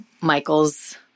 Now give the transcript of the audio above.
Michael's